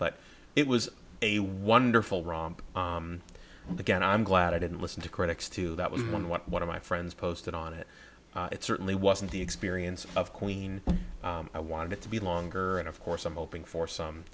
but it was a wonderful romp and again i'm glad i didn't listen to critics too that was what one of my friends posted on it it certainly wasn't the experience of queen i wanted it to be longer and of course i'm hoping for some